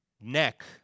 neck